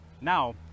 now